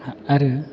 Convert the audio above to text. आरो